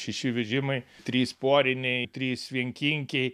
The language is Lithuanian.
šeši vežimai trys poriniai trys vienkinkiai